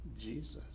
Jesus